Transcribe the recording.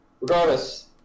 Regardless